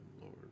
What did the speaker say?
Lord